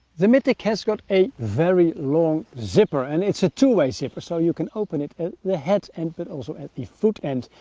the mythic has got a very long zipper, and it's a two-way zipper so you can open it at the head, and but also at the foot end.